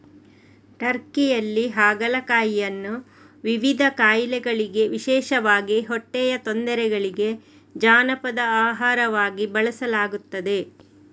ಟರ್ಕಿಯಲ್ಲಿ ಹಾಗಲಕಾಯಿಯನ್ನು ವಿವಿಧ ಕಾಯಿಲೆಗಳಿಗೆ ವಿಶೇಷವಾಗಿ ಹೊಟ್ಟೆಯ ತೊಂದರೆಗಳಿಗೆ ಜಾನಪದ ಆಹಾರವಾಗಿ ಬಳಸಲಾಗುತ್ತದೆ